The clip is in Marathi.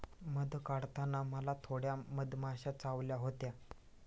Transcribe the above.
मध काढताना मला थोड्या मधमाश्या चावल्या होत्या